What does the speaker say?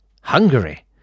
hungary